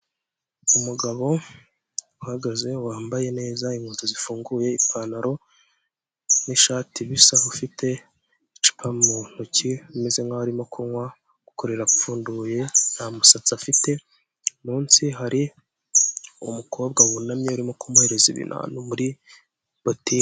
Imodoka yu'mweru iri mu muhanda wumukara ifite amapine y'umukara, iri mu mabara yu'mweru ndetse harimo n'mabara y'umuhondo, iruhande rwayo hari ipikipiki itwaye umuntu umwe wambaye agakote k'umuhondo ndetse n'ubururu, ipantaro y'umweru ndetse numupira w'mweru n'undi wambaye umupira wumukara ipantaro y'umuhondo werurutse n'ingofero y'ubururu ahetse n'igikapu cy'umukara.